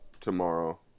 tomorrow